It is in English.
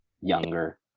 younger